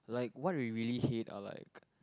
like what we really hate are like